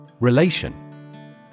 Relation